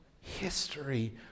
history